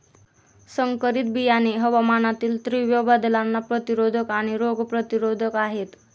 संकरित बियाणे हवामानातील तीव्र बदलांना प्रतिरोधक आणि रोग प्रतिरोधक आहेत